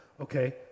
Okay